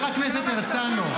חבר הכנסת הרצנו,